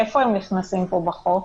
איפה הם נכנסים פה, בחוק?